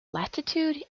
latitude